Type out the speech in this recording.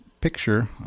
picture